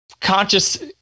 conscious